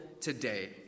today